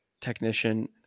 technician